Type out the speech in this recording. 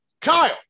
Kyle